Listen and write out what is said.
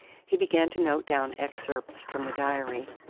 he began to note down excerpts from the diary.